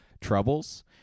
troubles